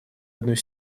одной